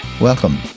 Welcome